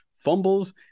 Fumbles